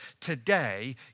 Today